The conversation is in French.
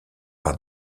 par